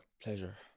pleasure